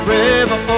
river